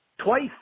Twice